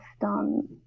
done